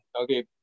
okay